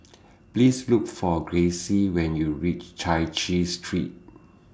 Please Look For Gracie when YOU REACH Chai Chee Street